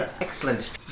Excellent